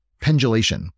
pendulation